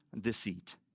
deceit